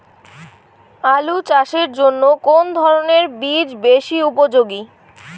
আলু চাষের জন্য কোন ধরণের বীজ বেশি উপযোগী?